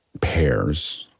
pairs